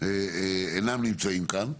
אינם נמצאים כאן,